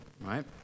right